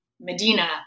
Medina